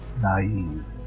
naive